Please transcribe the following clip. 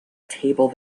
table